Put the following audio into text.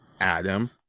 adam